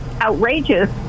outrageous